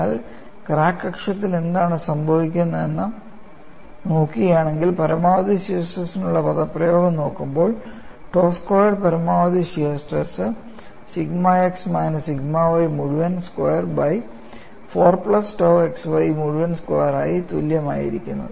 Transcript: എന്നാൽ ക്രാക്ക് അക്ഷത്തിൽ എന്താണ് സംഭവിക്കുന്നതെന്ന് നോക്കുകയാണെങ്കിൽ പരമാവധി ഷിയർ സ്ട്രെസ്നുള്ള പദപ്രയോഗം നോക്കുമ്പോൾ tau സ്ക്വയേർഡ് പരമാവധി shear stress sigma x minus sigma y മുഴുവൻ square by 4 plus tau xy മുഴുവൻ സ്ക്വയർ ആയി തുല്യം ആയിരിക്കുന്നു